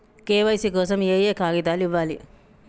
KYC కోసం ఏయే కాగితాలు ఇవ్వాలి?